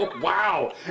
Wow